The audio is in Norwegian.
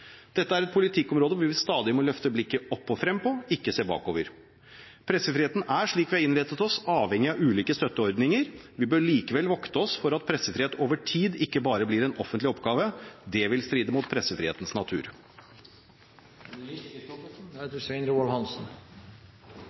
Dette er et politikkområde vi stadig må løfte blikket opp og frem på, ikke se bakover. Pressefriheten er, slik vi har innrettet oss, avhengig av ulike støtteordninger. Vi bør likevel vokte oss for at pressefrihet over tid ikke bare blir en offentlig oppgave. Det vil stride mot pressefrihetens